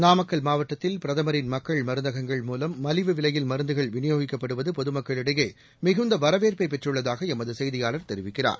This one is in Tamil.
நாமக்கல் மாவட்டத்தில் பிரதமரின் மக்கள் மருந்தகங்கள் மூலம் மலிவு விலைவில் மருந்துகள் விநியோகிக்கப்படுவது பொதுமக்களிடையே மிகுந்த வரவேற்பை பெற்றுள்ளதாக எமது செய்தியாளர் தெரிவிக்கிறார்